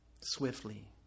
Swiftly